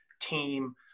team